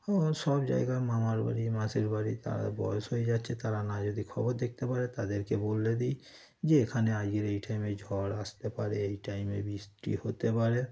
ও সব জায়গায় মামার বাড়ি মাসির বাড়ি তারা বয়স হয়ে যাচ্ছে তারা না যদি খবর দেখতে পারে তাদেরকে বলে দিই যে এখানে আজকে এই টাইমে ঝড় আসতে পারে এই টাইমে বৃষ্টি হতে পারে